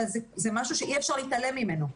אבל זה משהו שאי אפשר להתעלם ממנו.